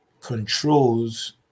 controls